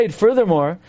furthermore